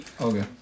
okay